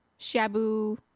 Shabu